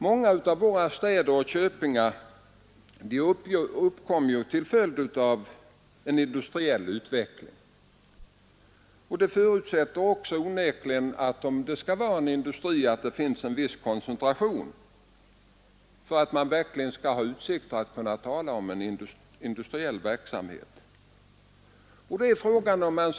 Många av våra städer och köpingar har ju uppkommit som en följd av en industriell utveckling, och vill man ha en industri på en ort förutsätter det ju en viss koncentration av befolkningen. Att det också skall finnas industriell verksamhet i primära centra och regionala centra är klart.